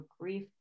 grief